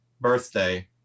birthday